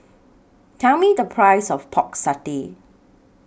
Tell Me The Price of Pork Satay